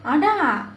அதான்:athaan